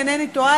אם אינני טועה,